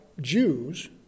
Jews